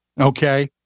Okay